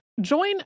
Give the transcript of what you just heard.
Join